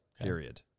Period